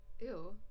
ew